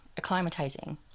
acclimatizing